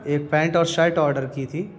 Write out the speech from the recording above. ایک پینٹ اور shirt order کی تھی